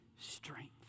strength